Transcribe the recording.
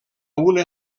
una